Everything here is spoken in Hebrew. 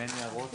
אם אין הערות,